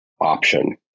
option